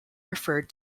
referred